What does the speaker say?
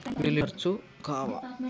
Utility బిల్లులు ఖర్చు కావా?